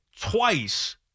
twice